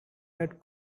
had